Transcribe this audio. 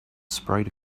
sprayed